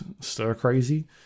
stir-crazy